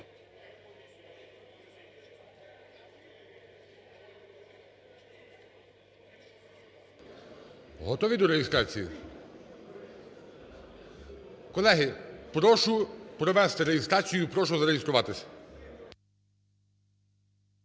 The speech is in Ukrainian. Готові до реєстрації? Колеги, прошу провести реєстрацію, прошу зареєструватись.